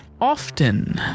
often